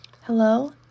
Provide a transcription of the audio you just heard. Hello